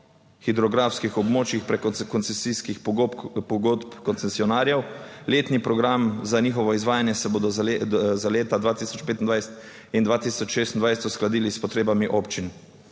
hidrografskih območjih preko koncesijskih pogodb koncesionarjev. Letni program za njihovo izvajanje se bodo za leta 2025 in 2026 uskladili s potrebami občin,